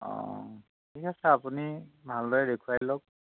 অঁ ঠিক আছে আপুনি ভালদৰে দেখুৱাই লওক